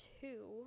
two